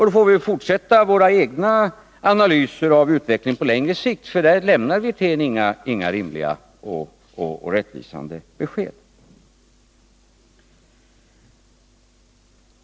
Då får vi fortsätta våra egna analyser av utvecklingen på längre sikt, för i det avseendet lämnar herr Wirtén inga rimliga och rättvisande besked.